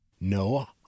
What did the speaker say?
no